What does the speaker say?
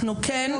אנחנו כן,